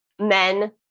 men